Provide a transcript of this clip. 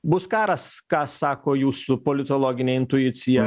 bus karas ką sako jūsų politologinė intuicija